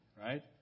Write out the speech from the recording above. right